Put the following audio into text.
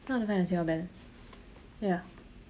how to find the sale of balance ya